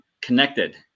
connected